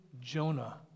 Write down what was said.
Jonah